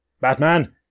Batman